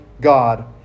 God